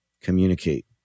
communicate